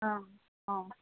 औ औ